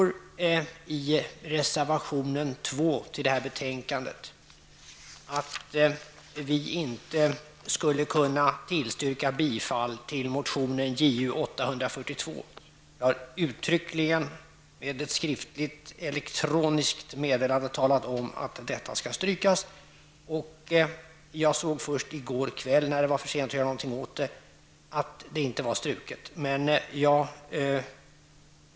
I reservation 2, som är fogad till detta betänkande, står det att vi inte kan tillstyrka bifall till motion Ju842. Jag har uttryckligen i form av ett skriftligt, elektroniskt meddelande talat om att detta skall strykas. Först i går kväll, när det var för sent att göra någonting åt saken, såg jag att så inte hade skett.